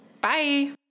Bye